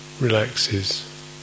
relaxes